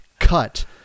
cut